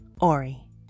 Ori